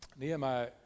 Nehemiah